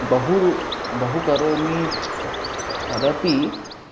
बहु रूपं बहु करोमि तदपि